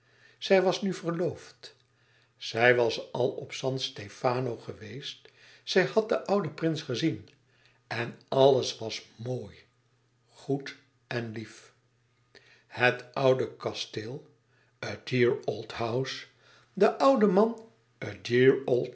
zij was nu verloofd zij was al op san stefano geweest zij had den ouden prins gezien en alles was mooi goed en lief het oude kasteel a dear old house de oude man